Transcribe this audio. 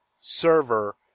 server